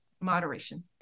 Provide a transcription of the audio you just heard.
moderation